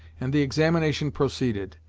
and the examination proceeded.